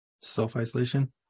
Self-isolation